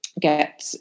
get